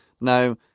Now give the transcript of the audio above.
Now